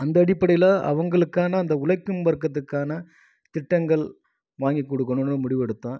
அந்த அடிப்படையில் அவங்களுக்கான அந்த உழைக்கும் வர்க்கத்துக்கான திட்டங்கள் வாங்கி கொடுக்கணுன்னு முடிவெடுத்தேன்